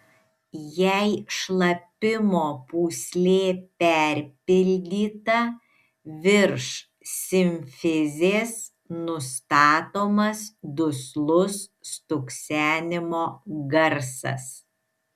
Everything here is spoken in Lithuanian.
jei šlapimo pūslė perpildyta virš simfizės nustatomas duslus stuksenimo garsas